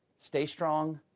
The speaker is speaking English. stay strong,